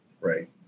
Right